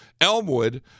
Elmwood